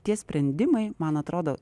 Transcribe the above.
tie sprendimai man atrodo